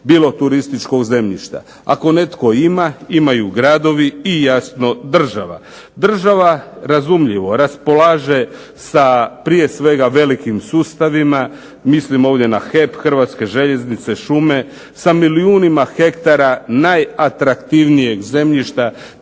bilo turističkog zemljišta. Ako netko ima, imaju gradovi i jasno, država. Država, razumljivo, raspolaže sa prije svega velikim sustavima. Mislim ovdje na HEP, Hrvatske željeznice, Hrvatske šume, sa milijunima hektara najatraktivnijeg zemljišta